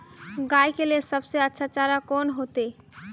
गाय के लिए सबसे अच्छा चारा कौन होते?